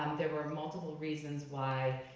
um there were multiple reasons why,